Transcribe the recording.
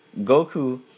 Goku